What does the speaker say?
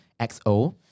XO